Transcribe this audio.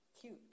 cute